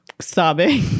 sobbing